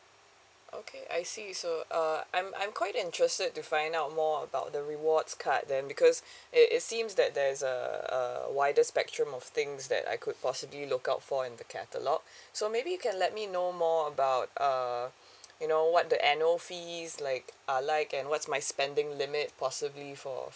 okay I see so uh I'm I'm quite interested to find out more about the rewards card then because it it seems that there is uh uh wider spectrum of things that I could possibly look out for in the catalogue so maybe you can let me know more about uh you know what the annual fees like are like and what's my spending limit possibly for